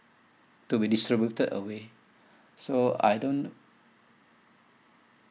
to be distributed away so I don't